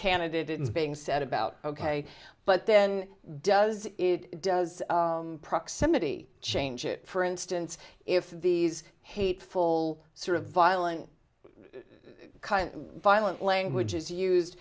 candidate it is being said about ok but then does it does proximity change it for instance if these hateful sort of violent kind violent language is used